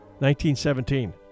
1917